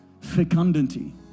fecundity